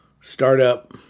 startup